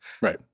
Right